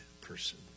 person